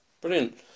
brilliant